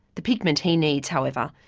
the pigment he needs, however,